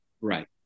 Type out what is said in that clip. Right